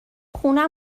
خونه